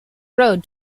road